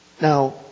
Now